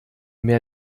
mehr